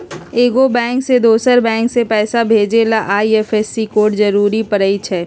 एगो बैंक से दोसर बैंक मे पैसा भेजे ला आई.एफ.एस.सी कोड जरूरी परई छई